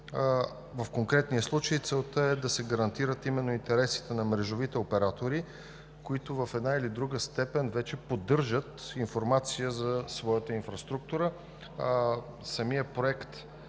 В конкретния случай целта е да се гарантират именно интересите на мрежовите оператори, които в една или друга степен вече поддържат информация за своята инфраструктура. Самият проект е